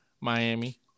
Miami